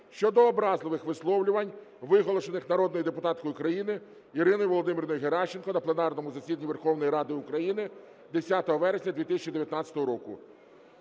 щодо образливих висловлювань, виголошених народною депутаткою України Іриною Володимирівною Геращенко на пленарному засіданні Верховної Ради України 10 вересня 2019 року.